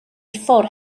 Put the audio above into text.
ffwrdd